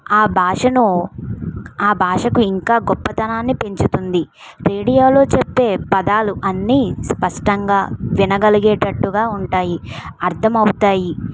ఆ భాషను ఆ భాషకు ఇంకా గొప్పతనాన్ని పెంచుతుంది రేడియోలో చెప్పే పదాలు అన్ని స్పష్టంగా వినగలిగేటట్టుగా ఉంటాయి అర్థమవుతాయి